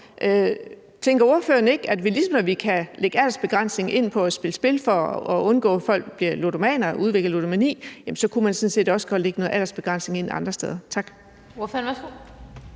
Tænker ordføreren ikke, at vi, ligesom vi kan lægge aldersbegrænsning ind på at spille spil for at undgå, at folk bliver ludomaner eller udvikler ludomani, sådan set også godt kunne lægge noget aldersbegrænsning ind andre steder? Tak.